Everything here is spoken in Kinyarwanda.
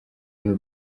n’u